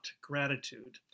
gratitude